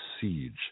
siege